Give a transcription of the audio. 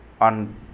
on